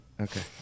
okay